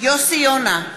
יוסי יונה,